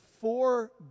four